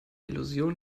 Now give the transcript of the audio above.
illusion